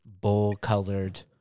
bull-colored